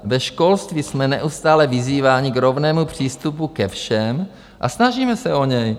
Ve školství jsme neustále vyzýváni k rovnému přístupu ke všem a snažíme se o něj.